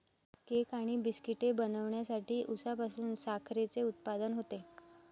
cake आणि बिस्किटे बनवण्यासाठी उसापासून साखरेचे उत्पादन होते